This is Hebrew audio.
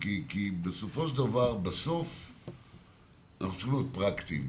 בסופו של דבר, אנחנו צריכים להיות פרקטיים,